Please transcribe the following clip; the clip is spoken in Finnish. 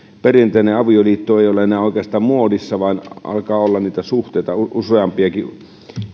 perinteinen avioliitto ei ole oikeastaan enää muodissa vaan alkaa olla niitä suhteita useampiakin